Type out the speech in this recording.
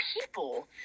people